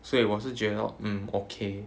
所以我是觉得 mm okay